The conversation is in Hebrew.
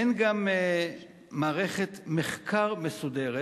אין גם מערכת מחקר מסודרת,